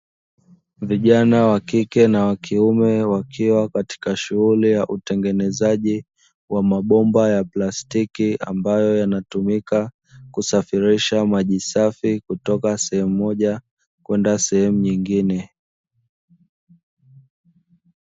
Vijana wakike na wakiume wakiwa katika shughuli ya utengenezaji wa mabomba ya plastiki, ambayo yanatumika kusafirisha maji safi kutoka sehemu moja kwenda sehemu nyingine.